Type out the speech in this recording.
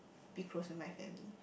be close to my family